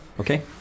okay